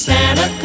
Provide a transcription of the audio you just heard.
Santa